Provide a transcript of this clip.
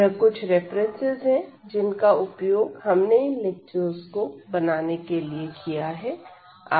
यह कुछ रेफरेंसेस है जिनका उपयोग हमने इन लेक्चर्स को बनाने के लिए किया है